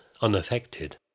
unaffected